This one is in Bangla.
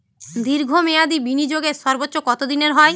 দীর্ঘ মেয়াদি বিনিয়োগের সর্বোচ্চ কত দিনের হয়?